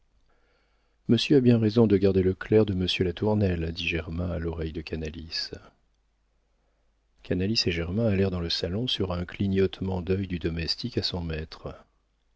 monsieur a bien raison de garder le clerc de monsieur latournelle dit germain à l'oreille de canalis canalis et germain allèrent dans le salon sur un clignotement d'œil du domestique à son maître